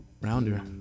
rounder